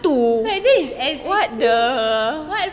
what that is exactly what